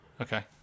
Okay